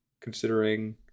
considering